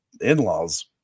in-laws